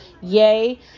yay